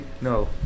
No